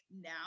now